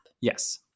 Yes